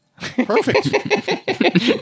Perfect